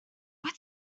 what